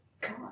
God